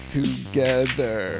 together